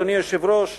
אדוני היושב-ראש,